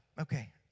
okay